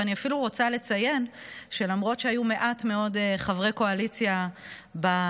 ואני אפילו רוצה לציין שלמרות שהיו מעט מאוד חברי קואליציה בשדולה,